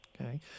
Okay